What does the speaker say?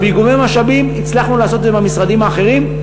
אבל באיגומי משאבים הצלחנו לעשות את זה עם המשרדים האחרים,